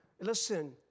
listen